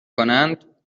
کنند